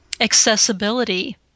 accessibility